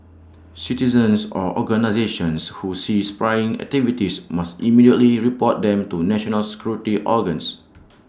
citizens or organisations who see spying activities must immediately report them to national security organs